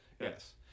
Yes